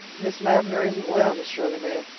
miss lavendar isn't well, miss shirley, ma'am.